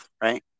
right